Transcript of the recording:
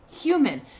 human